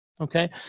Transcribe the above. okay